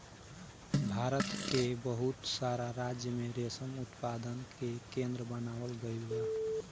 भारत के बहुत सारा राज्य में रेशम उत्पादन के केंद्र बनावल गईल बा